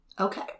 Okay